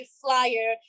flyer